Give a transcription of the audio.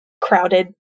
crowded